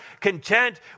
content